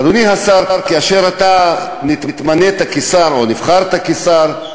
אדוני השר, כאשר אתה נתמנית לשר, או נבחרת לשר,